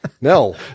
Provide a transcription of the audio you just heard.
No